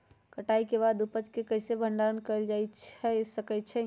कटाई के बाद उपज के कईसे भंडारण कएल जा सकई छी?